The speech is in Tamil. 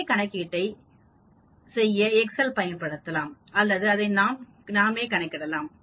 அதே கணக்கீட்டைச் செய்ய எக்செல் பயன்படுத்தலாம் அல்லது அதை நாமே கணக்கிடலாம்